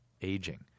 aging